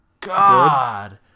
god